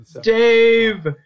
Dave